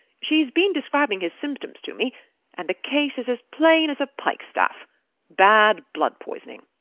she's been describing his symptoms to me and the case is as plain as a pikestaff bad blood-poisoning.